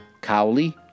Cowley